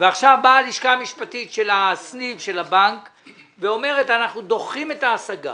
ועכשיו באה הלשכה המשפטית של הבנק ואומרת: אנחנו דוחים את ההשגה.